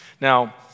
Now